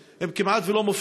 הם לא חברי כנסת,